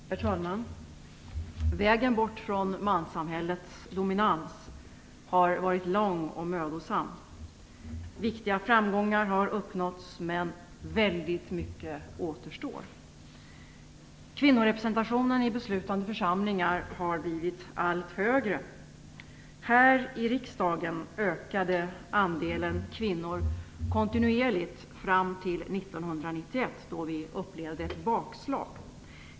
Herr talman! Vägen bort från manssamhällets dominans har varit lång och mödosam. Viktiga framgångar har uppnåtts, men väldigt mycket återstår. Kvinnorepresentationen i beslutande församlingar har blivit allt större. Här i riksdagen ökade antalet kvinnor kontinuerligt fram till 1991, då vi upplevde ett bakslag.